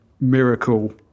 Miracle